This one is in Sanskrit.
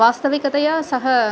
वास्तविकतया सः